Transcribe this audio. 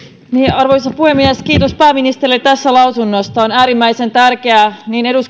arvoisa puhemies kiitos pääministerille tästä lausunnosta on äärimmäisen tärkeää